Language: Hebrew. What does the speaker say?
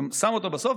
גם שם אותו בסוף,